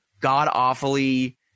god-awfully